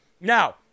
Now